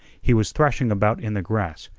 he was thrashing about in the grass,